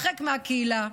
הרחק מהקהילה,